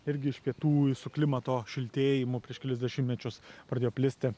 irgi iš pietų su klimato šiltėjimu prieš kelis dešimtmečius pradėjo plisti